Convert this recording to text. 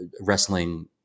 wrestling